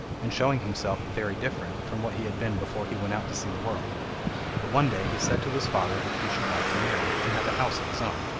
and showing himself very different from what he had been before he went out to see the world but one day he said to his father that he should like to marry, and have a house of his own.